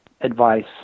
advice